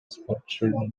спортчу